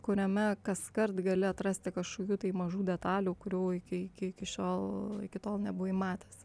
kuriame kaskart gali atrasti kažkokių tai mažų detalių kurių iki iki iki šiol iki tol nebuvai matęs